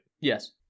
Yes